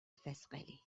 فسقلی